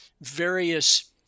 various